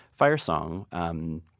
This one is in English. Firesong